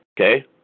okay